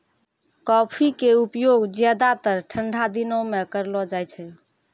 coffee के उपयोग ज्यादातर ठंडा दिनों मॅ करलो जाय छै